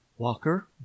walker